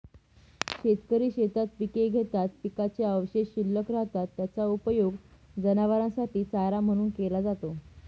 शेतकरी शेतात पिके घेतात, पिकाचे अवशेष शिल्लक राहतात, त्याचा उपयोग जनावरांसाठी चारा म्हणून केला जातो